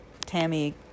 Tammy